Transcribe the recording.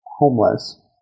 homeless